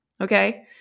okay